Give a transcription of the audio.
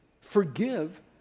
forgive